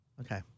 Okay